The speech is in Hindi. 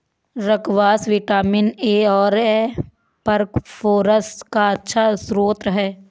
स्क्वाश विटामिन ए और फस्फोरस का अच्छा श्रोत है